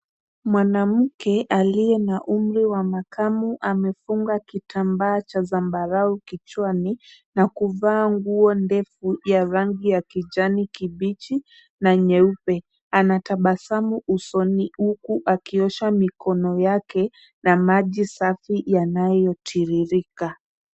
Mwanamke aliye na umri wa makamo amefunga kitambaa cha zambarau kichwani na kuvaa nguo ndefu ya rangi ya kijani kibichi na nyeupe. Anatabasamu usoni huku akiosha mikono yake na maji safi yanayotiririka.